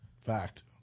Fact